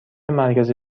مرکز